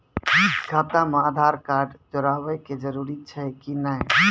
खाता म आधार कार्ड जोड़वा के जरूरी छै कि नैय?